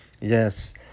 Yes